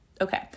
okay